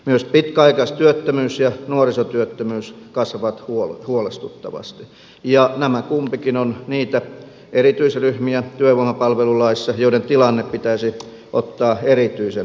myös pitkäaikaistyöttömyys ja nuorisotyöttömyys kasvavat huolestuttavasti ja nämä kumpikin ovat niitä erityisryhmiä työvoimapalvelulaissa joiden tilanne pitäisi ottaa erityisen vakavasti huomioon